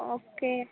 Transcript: okay